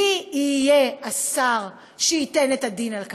מי יהיה השר שייתן את הדין על כך?